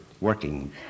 working